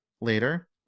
Later